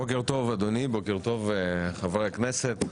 בוקר טוב אדוני, בוקר טוב חברי הכנסת,